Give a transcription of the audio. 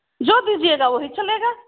जो भी दिएगा वही चलेगा